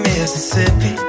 Mississippi